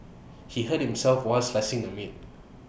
he hurt himself while slicing the meat